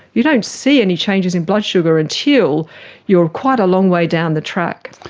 you don't see any changes in blood sugar until you are quite a long way down the track.